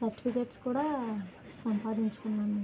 certificates కూడా సంపాదించుకున్నాను